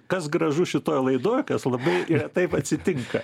kas gražu šitoj laidoj kas labai retai atsitinka